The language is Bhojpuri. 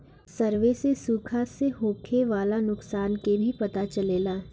सर्वे से सुखा से होखे वाला नुकसान के भी पता चलेला